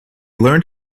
learned